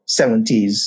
70s